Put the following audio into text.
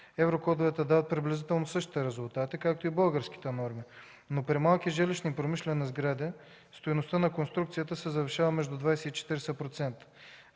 еврокодовете дават приблизително същите резултати, както и българските норми, но при малки жилищни и промишлени сгради стойността на конструкцията се завишава между 20 и 40%.